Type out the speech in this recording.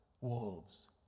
wolves